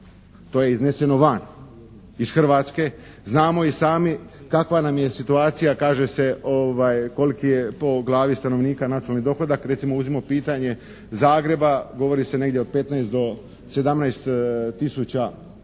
To je izneseno van iz Hrvatske. Znamo i sami kakva nam je situacija. Kaže se, koliki je po glavi stanovnika nacionalni dohodak. Recimo uzmimo pitanje Zagreba. Govori se negdje od 15 do 17 tisuća